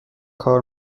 کار